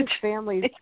families